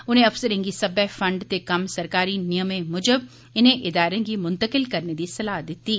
उनें अफसरें गी सब्बै फंड ते कम्म सरकारी नियमें मूजब इनें इदारें गी मुंतकिल करने दी सलाह दित्ती